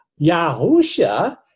Yahusha